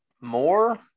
more